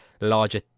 larger